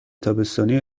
تابستانی